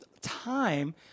time